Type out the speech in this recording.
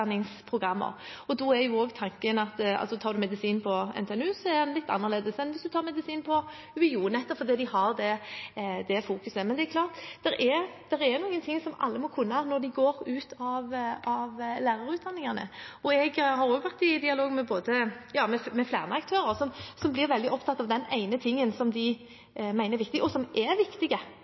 deres utdanningsprogrammer. Da er også tanken at det å ta medisin på NTNU er litt annerledes enn å ta medisin ved UiO, nettopp fordi de har det fokuset. Det er klart, noen ting må alle kunne når de går ut av lærerutdanningene, og jeg har vært i dialog med flere aktører som blir veldig opptatt av den ene tingen som de mener er viktig – og er